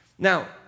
Now